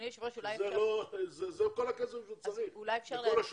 זה כל הכסף שהוא צריך לכל השנה.